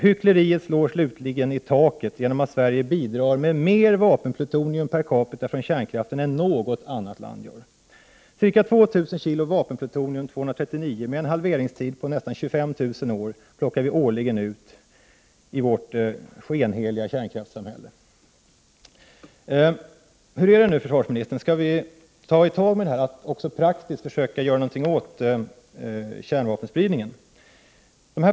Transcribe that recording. Hyckleriet slår slutligen i taket, genom att Sverige bidrar med mer vapenplutonium per capita från kärnkraften än något annat land. Ca 2 000 kilo vapenplutonium 239 med en halveringstid på nästan 25 000 år plockar vi årligen ut i vårt skenheliga kärnkraftssamhälle. Hur är det nu, försvarsministern, skall vi ta itu med att också praktiskt försöka göra något åt kärnvapenspridningen?